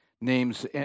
names